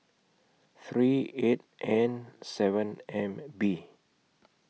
three eight N seven M B